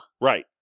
Right